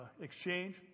exchange